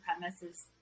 premises